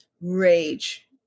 rage